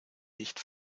nicht